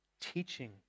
teaching